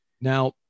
Now